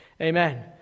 Amen